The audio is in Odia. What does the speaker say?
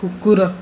କୁକୁର